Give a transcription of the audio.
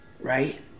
right